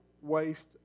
waste